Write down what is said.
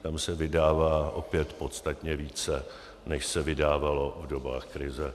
Tam se vydává opět podstatně více, než se vydávalo v dobách krize.